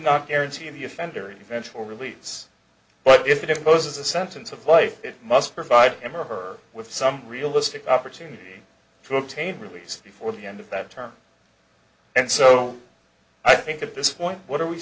not guaranteeing the offender eventual release but if it imposes a sentence of life it must provide him or her with some realistic opportunity to obtain release before the end of that term and so i think at this point what are we